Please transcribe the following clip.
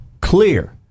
clear